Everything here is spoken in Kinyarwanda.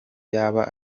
yaba